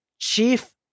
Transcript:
Chief